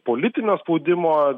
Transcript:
politinio spaudimo